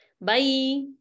Bye